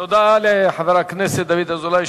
תודה לחבר הכנסת דוד אזולאי,